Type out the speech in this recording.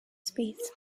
speeds